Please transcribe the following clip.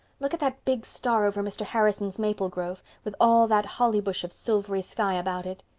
look at that big star over mr. harrison's maple grove, with all that holy hush of silvery sky about it.